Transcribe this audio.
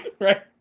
Right